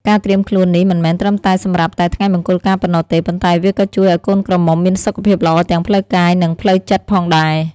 ការត្រៀមខ្លួននេះមិនមែនត្រឹមតែសម្រាប់តែថ្ងៃមង្គលការប៉ុណ្ណោះទេ ប៉ុន្តែវាក៏ជួយឱ្យកូនក្រមុំមានសុខភាពល្អទាំងផ្លូវកាយ និងផ្លូវចិត្តផងដែរ។